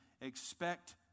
expect